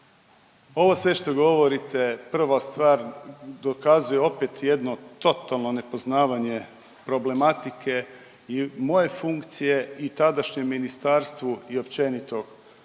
Ovo sve što govorite prva stvar dokazuje opet jedno totalno nepoznavanje problematike i moje funkcije i tadašnjem ministarstvu i općenito prema